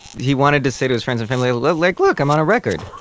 he wanted to say to his friends and family like, look, i'm on a record!